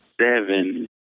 Seven